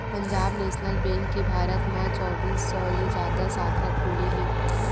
Punjab national bank के भारत म चौबींस सौ ले जादा साखा खुले हे